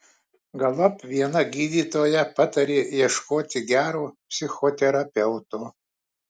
galop viena gydytoja patarė ieškoti gero psichoterapeuto